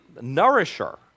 nourisher